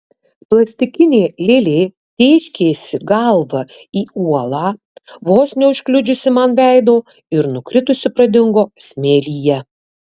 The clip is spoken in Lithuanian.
plastikinė lėlė tėškėsi galva į uolą vos neužkliudžiusi man veido ir nukritusi pradingo smėlyje